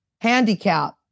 handicap